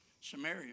Samaria